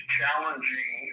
challenging